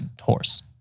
horse